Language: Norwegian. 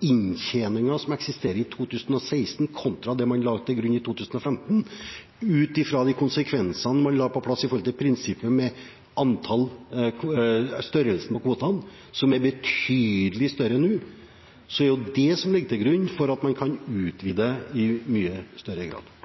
inntjeningen som eksisterte i 2016 kontra det man la til grunn i 2015, og ut fra konsekvensene i forhold til prinsippet om størrelsen på kvotene, som er betydelig større nå, så er det det som ligger til grunn for at man kan utvide i mye større grad.